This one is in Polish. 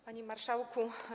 Panie Marszałku!